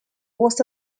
was